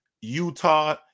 Utah